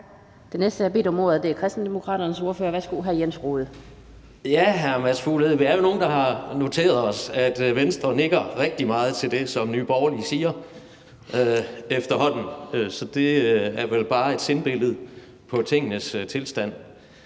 Den næste, der har bedt om ordet, er Kristendemokraternes ordfører. Værsgo, hr. Jens Rohde. Kl. 12:05 Jens Rohde (KD): Ja, hr. Mads Fuglede, vi er jo nogle, der har noteret os, at Venstre efterhånden nikker rigtig meget til det, som Nye Borgerlige siger, så det er vel bare et sindbillede på tingenes tilstand.